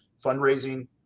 fundraising